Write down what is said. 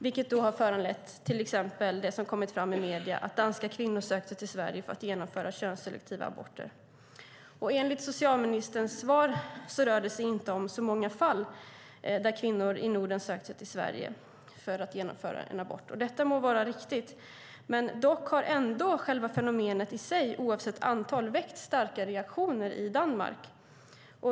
Det har föranlett till exempel det som framkommit i medierna, det vill säga att danska kvinnor har sökt sig till Sverige för att genomföra könsselektiva aborter. Enligt socialministerns svar rör det sig inte om så många fall där kvinnor i Norden har sökt sig till Sverige för att genomföra en abort. Detta må vara riktigt, men fenomenet i sig har oavsett antal ändå väckt starka reaktioner i Danmark.